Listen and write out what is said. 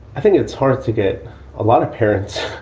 i think it's hard to get a lot of parents